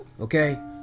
okay